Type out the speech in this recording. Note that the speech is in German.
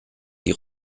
die